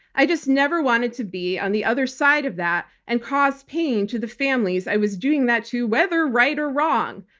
i just never wanted to be on the other side of that and cause pain to the families i was doing that to whether right or wrong.